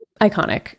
iconic